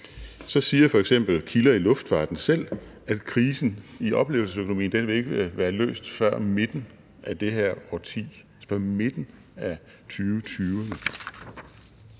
så siger f.eks. kilder i luftfarten selv, at krisen i oplevelsesøkonomien ikke vil være løst før midten af det her årti, før midten af 2020'erne.